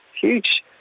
huge